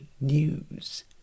news